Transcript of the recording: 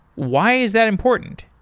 why is that important?